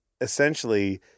Essentially